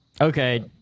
Okay